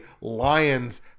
Lions